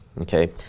Okay